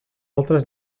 altres